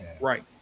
Right